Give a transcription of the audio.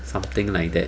something like that